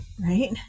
Right